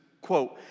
quote